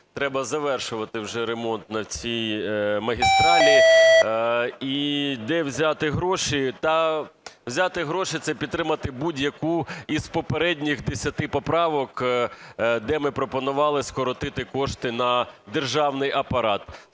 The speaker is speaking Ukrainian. треба завершувати вже ремонт на цій магістралі. І де взяти гроші та… взяти гроші – це підтримати будь-яку з попередніх десяти поправок, де ми пропонували скоротити кошти на державний апарат.